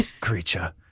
creature